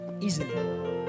easily